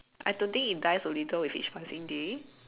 I don't think it dies a little with each passing day